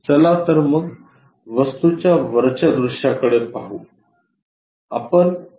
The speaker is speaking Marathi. चला तर मग वस्तूच्या वरच्या दृश्याकडे पाहू